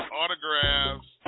autographs